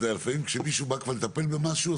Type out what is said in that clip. שלפעמים כשמישהו בא כבר לטפל במשהו,